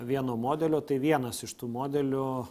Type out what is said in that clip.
vieno modelio tai vienas iš tų modelių